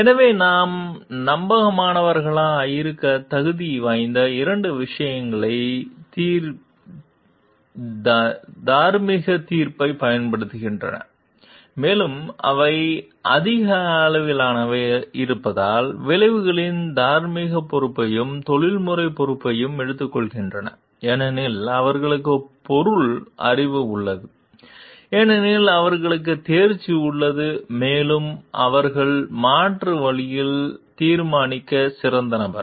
எனவே அவர்கள் நம்பகமானவர்களாக இருக்க தகுதி வாய்ந்த இரண்டு விஷயங்கள் தார்மீக தீர்ப்பைப் பயன்படுத்துகின்றன மேலும் அவை அதிக அறிவுள்ளவையாக இருப்பதால் விளைவுகளின் தார்மீக பொறுப்பையும் தொழில்முறை பொறுப்பையும் எடுத்துக்கொள்கின்றன ஏனெனில் அவர்களுக்கு பொருள் அறிவு உள்ளது ஏனெனில் அவர்களுக்கு தேர்ச்சி உள்ளது மேலும் அவர்கள் மாற்று வழிகளில் தீர்மானிக்க சிறந்த நபர்